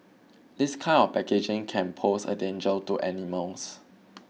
this kind of packaging can pose a danger to animals